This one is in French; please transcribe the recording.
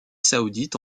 saoudite